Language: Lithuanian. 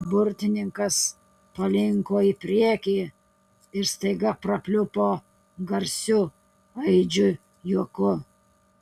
burtininkas palinko į priekį ir staiga prapliupo garsiu aidžiu juoku